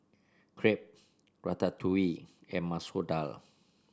Crepe Ratatouille and Masoor Dal